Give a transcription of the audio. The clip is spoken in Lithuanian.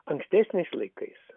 ankstesniais laikais